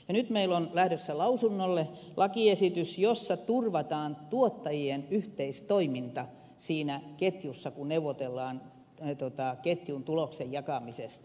nyt meillä on lähdössä lausunnolle lakiesitys jossa turvataan tuottajien yhteistoiminta siinä ketjussa kun neuvotellaan ketjun tuloksen jakamisesta